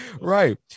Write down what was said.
Right